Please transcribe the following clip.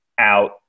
out